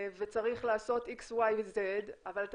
וצריך לעשות X, Y, Z, אבל אתה